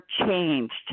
changed